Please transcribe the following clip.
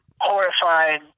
horrifying